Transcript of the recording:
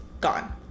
gone